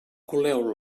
coleu